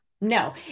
No